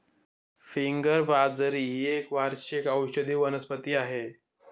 finger बाजरी ही एक वार्षिक औषधी वनस्पती आहे